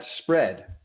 spread